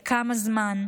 לכמה זמן?